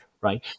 Right